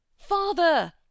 Father